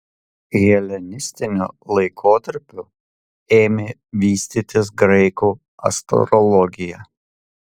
helenistiniu laikotarpiu ėmė vystytis graikų astrologija